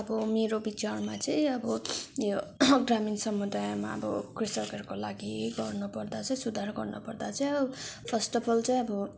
अब मेरो विचारमा चाहिँ अब यो ग्रामीण समुदायमा अब कृषकहरूको लागि गर्नु पर्दा चाहिँ सुधार गर्नु पर्दा चाहिँ फर्स्ट अफ अल चाहिँ अब